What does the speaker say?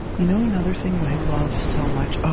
you know another thing that i love so much? ah